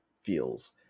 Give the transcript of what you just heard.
feels